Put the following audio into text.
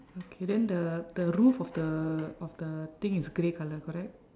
okay then the the roof of the of the thing is grey colour correct